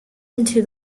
into